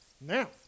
Now